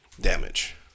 damage